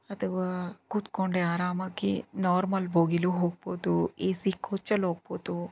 ಅಥವಾ ಕೊತ್ಕೊಂಡೆ ಆರಾಮಾಗಿ ನಾರ್ಮಲ್ ಬೋಗಿಲೂ ಹೋಗಬಹುದು ಎ ಸಿ ಕೋಚಲ್ಲಿ ಹೋಗ್ಬೋದು